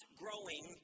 growing